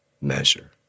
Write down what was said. measure